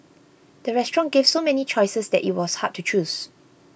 the restaurant gave so many choices that it was hard to choose